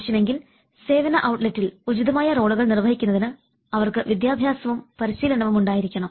ആവശ്യമെങ്കിൽ സേവന ഔട്ട്ലെറ്റ്ൽ ഉചിതമായ റോളുകൾ നിർവ്വഹിക്കുന്നതിന് അവർക്ക് വിദ്യാഭ്യാസവും പരിശീലനവും ഉണ്ടായിരിക്കണം